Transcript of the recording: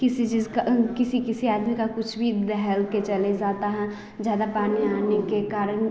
किसी चीज का किसी किसी आदमी का कुछ भी बह के चला जाता है ज़्यादा पानी आने के कारण